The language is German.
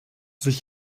sich